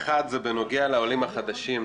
אחד בנוגע לעולים החדשים,